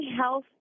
health